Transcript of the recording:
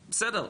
בסדר,